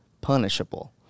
punishable